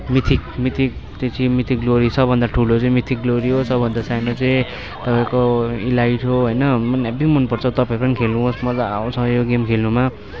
mythic mythic त्यो चाहिँ mythic glory सबैभन्दा ठुलो चाहिँ मिथिक ग्लोरी हो सबैभन्दा सानो चाहिँ तपाईँको इलाइट हो होइन हेभी मन पर्छ तपाईँ पनि खेल्नुहोस् मजा आउँछ यो गेम खेल्नुमा